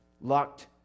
locked